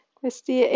questi